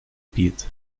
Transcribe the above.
pitt